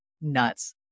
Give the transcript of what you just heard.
nuts